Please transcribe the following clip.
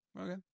Okay